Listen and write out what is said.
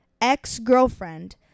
ex-girlfriend